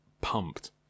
pumped